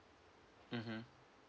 mmhmm